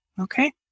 okay